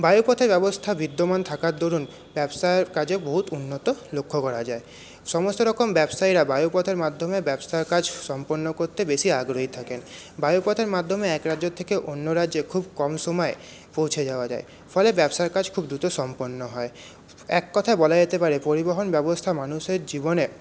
বায়ু পথে ব্যবস্থা বিদ্যমান থাকার দরুন ব্যবসার কাজে বহুৎ উন্নত লক্ষ্য করা যায় সমস্ত রকম ব্যবসায়ীরা বায়ু মাধ্যমে ব্যবসার কাজ সম্পন্ন করতে বেশি আগ্রহী থাকেন বায়ু পথের মাধ্যমে এক রাজ্যের থেকে অন্য রাজ্যে খুব কম সময়ে পৌঁছে যাওয়া যায় ফলে ব্যবসার কাজ খুব দ্রুত সম্পন্ন হয় এক কথায় বলা যেতে পারে পরিবহন ব্যবস্থা মানুষের জীবনে